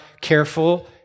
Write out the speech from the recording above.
careful